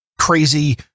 crazy